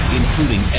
including